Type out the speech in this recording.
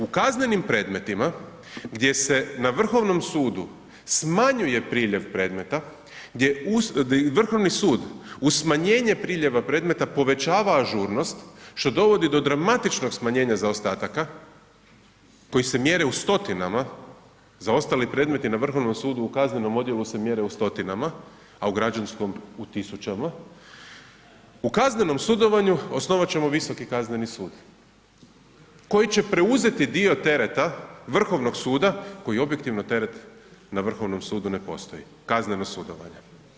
U kaznenim predmetima gdje se na Vrhovnom sudu smanjuje priljev predmeta, gdje Vrhovni sud uz smanjenje priljeva predmeta povećava ažurnost što dovodi do dramatičnog smanjenja zaostataka koji se mjere u stotinama, zaostali opredmeti na Vrhovnom sudu u kaznenom odjelu se mjere u stotinama a u građanskom u tisućama, u kaznenom sudovanju osnovat ćemo Visoki kazneni sud koji će preuzeti dio tereta Vrhovnog suda koji objektivno teret na Vrhovnom sudu ne postoji, kazneno sudovanje.